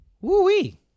Woo-wee